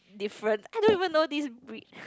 different I don't even know this brick